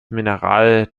mineral